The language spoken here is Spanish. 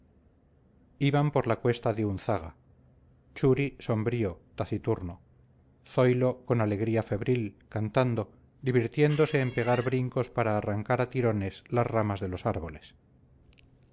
iban por la cuesta de unzaga churi sombrío taciturno zoilo con alegría febril cantando divirtiéndose en pegar brincos para arrancar a tirones las ramas de los árboles